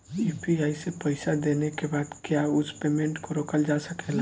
UPI से पईसा देने के बाद क्या उस पेमेंट को रोकल जा सकेला?